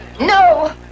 No